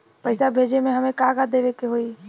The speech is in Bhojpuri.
पैसा भेजे में हमे का का देवे के होई?